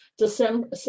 December